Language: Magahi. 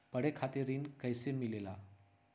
पढे खातीर ऋण कईसे मिले ला?